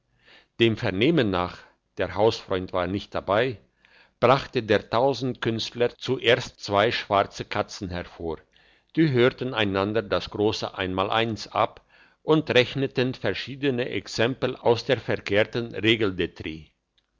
dem vernehmen nach der hausfreund war nicht dabei brachte der tausendkünstler zuerst zwei schwarze katzen hervor die hörten einander das grosse einmaleins ab und rechneten verschiedene exempel aus der verkehrten regeldetri